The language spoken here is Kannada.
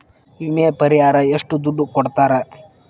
ವಿಮೆ ಪರಿಹಾರ ಎಷ್ಟ ದುಡ್ಡ ಕೊಡ್ತಾರ?